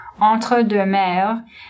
Entre-deux-Mers